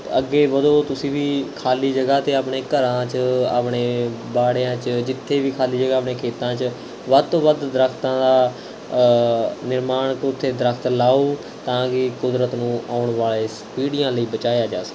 ਅੱਗੇ ਵਧੋ ਤੁਸੀਂ ਵੀ ਖਾਲੀ ਜਗ੍ਹਾ 'ਤੇ ਆਪਣੇ ਘਰਾਂ 'ਚ ਆਪਣੇ ਵਾੜਿਆਂ 'ਚ ਜਿੱਥੇ ਵੀ ਖਾਲੀ ਜਗ੍ਹਾ ਆਪਣੇ ਖੇਤਾਂ 'ਚ ਵੱਧ ਤੋਂ ਵੱਧ ਦਰੱਖਤਾਂ ਦਾ ਨਿਰਮਾਣ ਉੱਥੇ ਦਰੱਖਤ ਲਾਉ ਤਾਂ ਕਿ ਕੁਦਰਤ ਨੂੰ ਆਉਣ ਵਾਲੇ ਸ ਪੀੜ੍ਹੀਆਂ ਲਈ ਬਚਾਇਆ ਜਾ ਸਕੇ